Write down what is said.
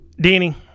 danny